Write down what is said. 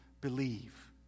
believe